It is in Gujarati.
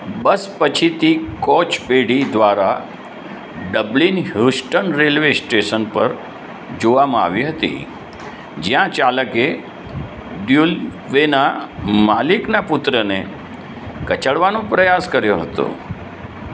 બસ પછીથી કોચ પેઢી દ્વારા ડબલિન હ્યુસ્ટન રેલ્વે સ્ટેશન પર જોવામાં આવી હતી જ્યાં ચાલકે ડ્યુઅલ વેના માલિકના પુત્રને કચડવાનો પ્રયાસ કર્યો હતો